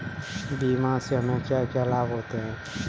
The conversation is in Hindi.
बीमा से हमे क्या क्या लाभ होते हैं?